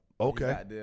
Okay